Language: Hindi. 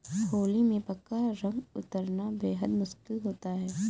होली में पक्का रंग उतरना बेहद मुश्किल होता है